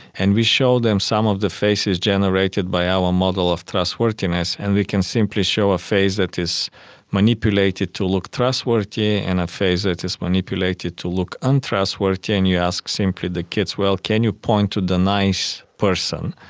and we showed them some of the faces generated by our model of trustworthiness, and we can simply show a face that is manipulated to look trustworthy and a face that is manipulated to look untrustworthy and you ask simply the kids, well, can you point to the nice person?